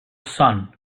son